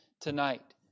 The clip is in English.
tonight